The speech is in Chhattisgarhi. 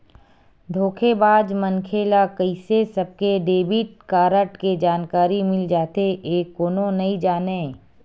धोखेबाज मनखे ल कइसे सबके डेबिट कारड के जानकारी मिल जाथे ए कोनो नइ जानय